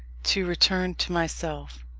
to return to myself.